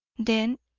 then,